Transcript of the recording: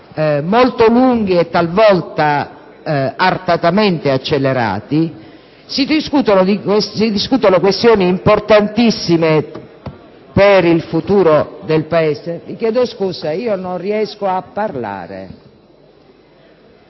molto lunghi e talvolta artatamente accelerati, si discutono questioni importantissime per il futuro del Paese. *(Brusìo).* Vi chiedo scusa, non riesco a parlare.